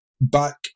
back